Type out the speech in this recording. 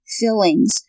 fillings